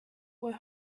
were